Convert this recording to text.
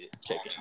chicken